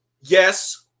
Yes